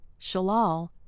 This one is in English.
Shalal